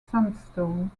sandstone